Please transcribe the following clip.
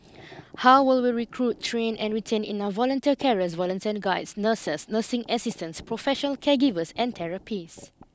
how will we recruit train and retain enough volunteer carers volunteer guides nurses nursing assistants professional caregivers and therapists